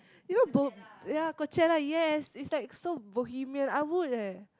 you know bo~ ya Coachella yes it's like so Bohemian I would eh